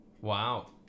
Wow